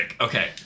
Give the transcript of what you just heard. Okay